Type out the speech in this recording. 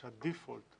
שהדיפולט,